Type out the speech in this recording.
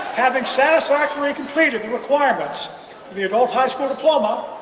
having satisfactory completed the requirements the adult high school diploma